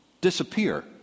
disappear